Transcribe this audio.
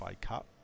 Cup